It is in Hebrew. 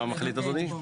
מה מחליט אדוני?